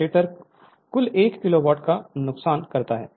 stator कुल 1 kilowatt का नुकसान करता है